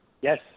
Yes